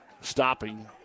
stopping